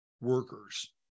workers